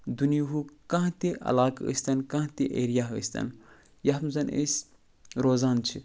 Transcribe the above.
دُنیِہُک کانٛہہ تہِ علاقہٕ ٲسۍتَن کانٛہہ تہِ ایرِیا ٲسۍتَن یَتھ منٛز أسۍ روزان چھِ